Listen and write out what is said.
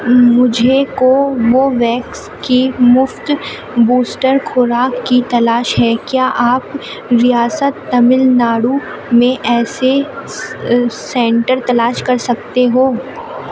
مجھے Covovax کی مفت بوسٹر خوراک کی تلاش ہے کیا آپ ریاست تامل ناڈو میں ایسے سینٹر تلاش کر سکتے ہو